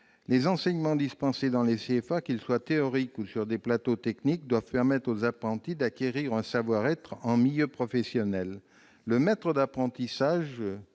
les enseignements dispensés dans les CFA, qu'ils soient théoriques ou qu'ils aient lieu sur des plateaux techniques, doivent permettre aux apprentis d'acquérir un savoir-être en milieu professionnel. En la matière,